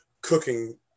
cooking